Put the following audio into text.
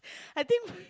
I think